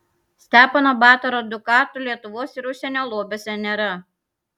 stepono batoro dukatų lietuvos ir užsienio lobiuose nėra